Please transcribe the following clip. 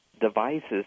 devices